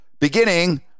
beginning